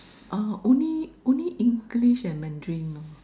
ah only only English and Mandarin now